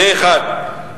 זה אחד.